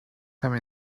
come